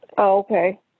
Okay